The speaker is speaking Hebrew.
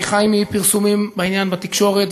אני חי מפרסומים בעניין בתקשורת,